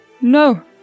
No